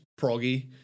proggy